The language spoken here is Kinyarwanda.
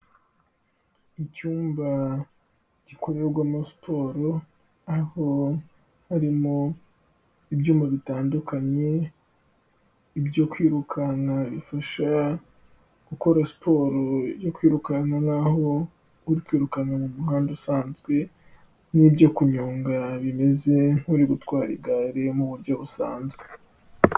Icyumba gikorerwamo siporo, aho harimo ibyuma bitandukanye, ibyo kwirukanka bifasha gukora siporo yo kwirukanka nk'aho uri kwirukanka mu muhanda usanzwe, n'ibyo kunyonga bimeze nk'uri gutwara igare mu buryo busanzwe.